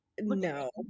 no